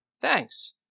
thanks